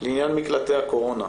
לעניין מקלטי הקורונה,